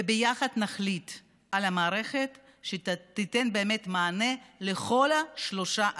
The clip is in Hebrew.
וביחד נחליט על המערכת שתיתן באמת מענה לכל שלושת הצדדים,